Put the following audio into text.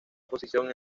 posición